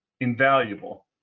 invaluable